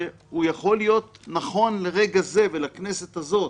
שהוא יכול להיות נכון לרגע זה ולכנסת הזאת,